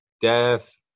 death